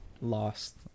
lost